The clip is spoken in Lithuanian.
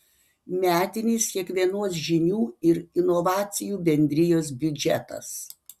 metinis kiekvienos žinių ir inovacijų bendrijos biudžetas